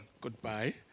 Goodbye